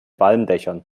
walmdächern